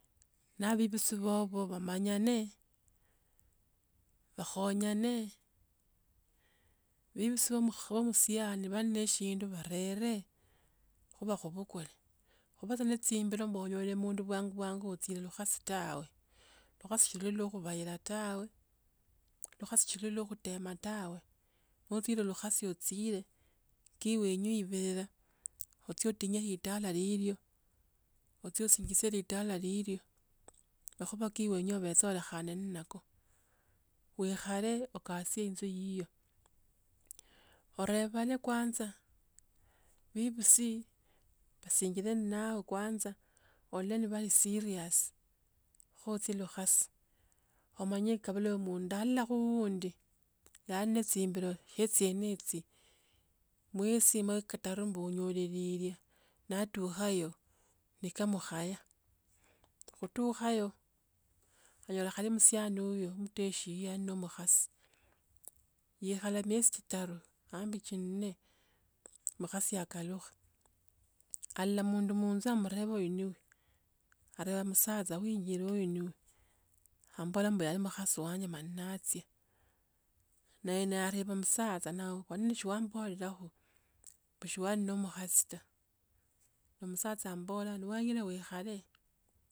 Na bebisi. babo banyane, bakhonyane. bebisi ba musiani ba ne shindu balere. khe bakubukule. okhapesitimbiro mbonyo mundu bwangubwangu tsie lukasi tawe. Lukasi si li rwa kubaila tawe. lukhasi si li lwa kutema tawe. No itila lukhasi ochile. sikila wenwe ibile. ochie otile litala ochie usinjisie litala lilwo. Makhua kienwe ibecha olekhane nako. Wikhale ukasie inju yiyo. orebane kwanza bebisi basinjile nawe kwanza ole kama bali serious kho echie lukhasi. Nalolokha uundi yabha na chimbilo etsyenese, miesi mwa kataru mbunyole lilwe, naatukhayo ne kamu kakhaya. Kutukhayo yanyola khane musiano huyo mteshio ano mkhasi. Ye khala miesi chitru, ambi chiinne, mkhasi akalukha. Aliila mundu munja na amureba uno ni wi, arera munjaza wi ni njirowe nyu, abubola yaba mkhasi wanje naachia. Nae nareba msaacha sikila sina wambola ta. ne msacha yamubhola no wenya uwikhale.